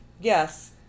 yes